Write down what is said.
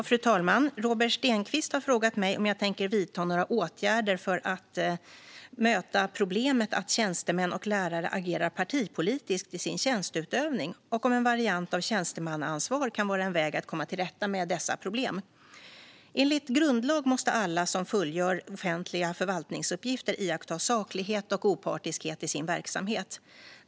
Fru talman! Robert Stenkvist har frågat mig om jag tänker vidta några åtgärder för att möta problemet att tjänstemän och lärare agerar partipolitiskt i sin tjänsteutövning och om en variant av tjänstemannaansvar kan vara en väg att komma till rätta med dessa problem. Enligt grundlag måste alla som fullgör offentliga förvaltningsuppgifter iaktta saklighet och opartiskhet i sin verksamhet.